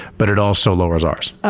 but it also lowers ours.